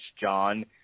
John